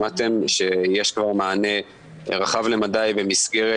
שמעתם שיש כבר מענה רחב למדי במסגרת